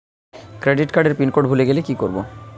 Credit কার্ডের pin code ভুলে গেলে কি করব?